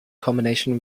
combination